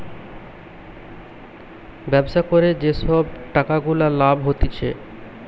ব্যবসা করে যে সব টাকা গুলা লাভ হতিছে